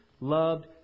loved